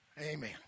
Amen